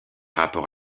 rapport